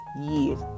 years